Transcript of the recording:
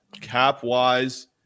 cap-wise